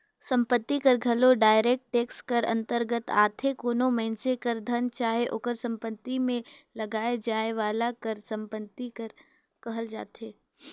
संपत्ति कर घलो डायरेक्ट टेक्स कर अंतरगत आथे कोनो मइनसे कर धन चाहे ओकर सम्पति में लगाए जाए वाला कर ल सम्पति कर कहल जाथे